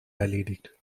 erledigt